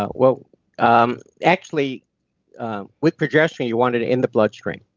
ah well um actually with progesterone you want it in the blood stream,